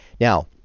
Now